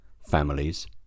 families